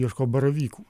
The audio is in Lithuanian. ieško baravykų